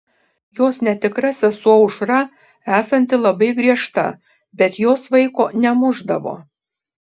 jos netikra sesuo aušra esanti labai griežta bet jos vaiko nemušdavo